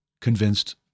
convinced